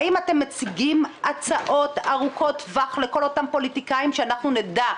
האם אתם מציגים הצעות ארוכות טווח לכל אותם פוליטיקאים שאנחנו נדע,